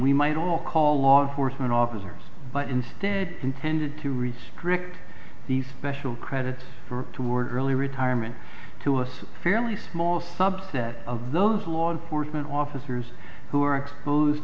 we might all call last horseman officers but instead intended to restrict the special credits for toward early retirement to a fairly small subset of those law enforcement officers who are exposed